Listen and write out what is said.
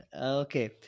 Okay